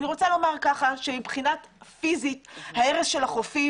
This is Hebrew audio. אני רוצה לומר שמבחינה פיזית ההרס של החופים